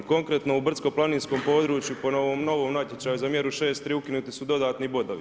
Konkretno, u brdsko planinskom području, po ovom novom natječaju za mjeru 3.6. ukinuti su dodatni bodovi.